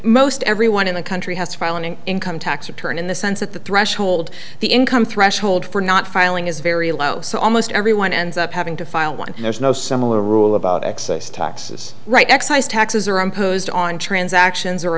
most everyone in the country has to file an income tax return in the sense that the threshold the income threshold for not filing is very low so almost everyone ends up having to file one there's no similar rule about excess taxes right excise taxes are imposed on transactions or